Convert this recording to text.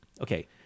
okay